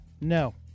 No